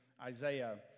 Isaiah